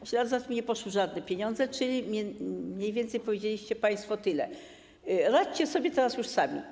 W ślad za tym nie poszły żadne pieniądze, czyli mniej więcej powiedzieliście państwo tyle: radźcie sobie teraz już sami.